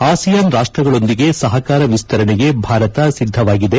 ASEAN ರಾಷ್ಸಗಳೊಂದಿಗೆ ಸಹಕಾರ ವಿಸ್ತರಣೆಗೆ ಭಾರತ ಸಿದ್ದವಾಗಿದೆ